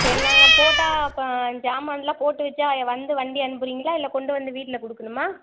சரி நாங்கள் போட்டால் இப்போ ஜாமானெலாம் போட்டு வைச்சா வந்து வண்டி அனுப்புகிறீங்களா இல்லை கொண்டு வந்து வீட்டில் கொடுக்கணுமா